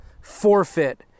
forfeit